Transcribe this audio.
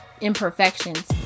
imperfections